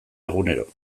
egunero